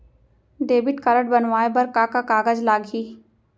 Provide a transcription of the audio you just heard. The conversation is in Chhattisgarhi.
डेबिट कारड बनवाये बर का का कागज लागही?